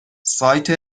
سایت